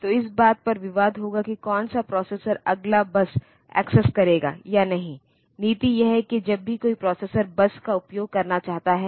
तो इस बात पर विवाद होगा कि कौन सा प्रोसेसर अगला बस एक्सेस करेगा या नहीं नीति यह है कि जब भी कोई प्रोसेसर बस का उपयोग करना चाहता है